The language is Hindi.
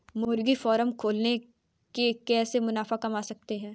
मुर्गी फार्म खोल के कैसे मुनाफा कमा सकते हैं?